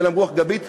ייתן להן רוח גבית.